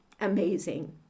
amazing